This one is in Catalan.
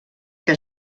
que